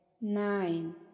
nine